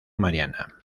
mariana